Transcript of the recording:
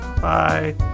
Bye